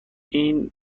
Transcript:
این